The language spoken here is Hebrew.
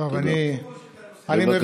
בבקשה.